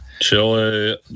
Chile